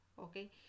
okay